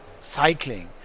cycling